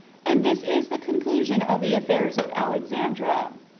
and this is the conclusion of the affairs of, alexandra.